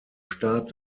start